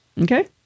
Okay